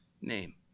name